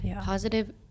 Positive